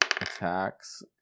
attacks